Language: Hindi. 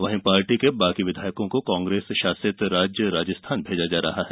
वहीं पार्टी के बाकी विधायकों को कांग्रेस शासित राज्य राजस्थान भेजा जा रहा है